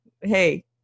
hey